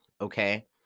okay